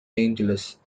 angeles